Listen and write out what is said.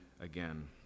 again